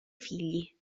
figli